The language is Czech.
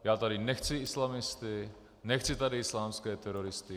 Já tady nechci islamisty, nechci tady islámské teroristy.